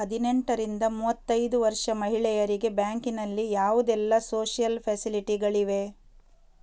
ಹದಿನೆಂಟರಿಂದ ಮೂವತ್ತೈದು ವರ್ಷ ಮಹಿಳೆಯರಿಗೆ ಬ್ಯಾಂಕಿನಲ್ಲಿ ಯಾವುದೆಲ್ಲ ಸೋಶಿಯಲ್ ಫೆಸಿಲಿಟಿ ಗಳಿವೆ?